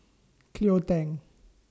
Cleo Thang